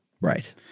Right